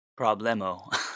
problemo